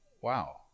wow